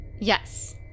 Yes